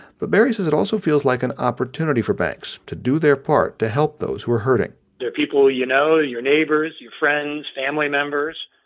but barry says it also feels like an opportunity for banks to do their part to help those who are hurting they're people you know your neighbors, your friends, family members.